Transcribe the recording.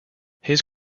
his